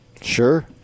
Sure